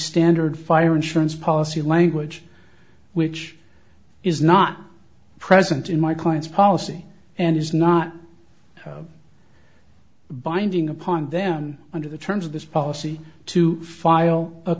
standard fire insurance policy language which is not present in my client's policy and is not binding upon then under the terms of this policy to file a